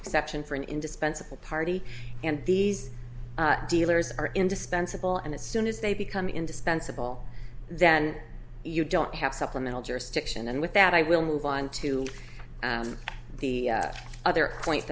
exception for an indispensable party and these dealers are indispensable and as soon as they become indispensable then you don't have supplemental jurisdiction and with that i will move on to the other point